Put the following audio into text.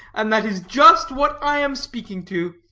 and that is just what i am speaking to.